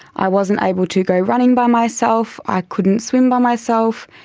i wasn't able to go running by myself, i couldn't swim by myself.